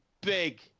big